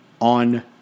on